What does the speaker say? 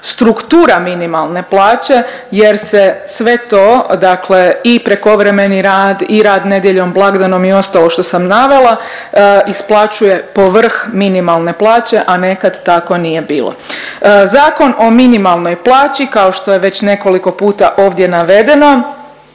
struktura minimalne plaće jer se sve to, dakle i prekovremeni rad i rada nedjeljom i blagdanom i ostalo što sam navela isplaćuje povrh minimalne plaće, a nekad tako nije bilo. Zakon o minimalnoj plaći, kao što je već nekoliko puta ovdje navedeno,